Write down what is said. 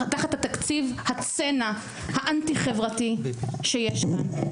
תחת התקציב הצנע האנטי חברתי שיש כאן,